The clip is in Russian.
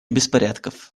беспорядков